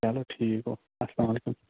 چَلو ٹھیٖک گوٚو اَسلامُ علَیکُم